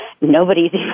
nobody's